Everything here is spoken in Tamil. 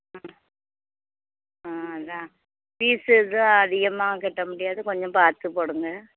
ஆ அதுதான் ஃபீஸ்ஸு தான் அதிகமாக கட்ட முடியாது கொஞ்சம் பார்த்துப்போடுங்க